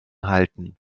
halten